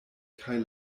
kaj